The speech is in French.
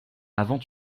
avant